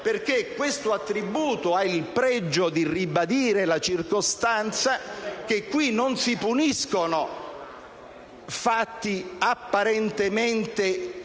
perché questo attributo ha il pregio di ribadire la circostanza che non si puniscono fatti apparentemente